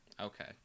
Okay